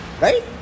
Right